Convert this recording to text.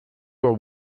were